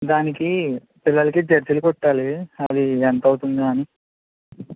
దానికీ పిల్లలకి జెర్సీలు కుట్టాలీ అది ఎంత అవుతుందా అని